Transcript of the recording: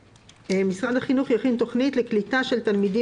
" משרד החינוך יכין תוכנית לקליטה של תלמידים